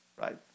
right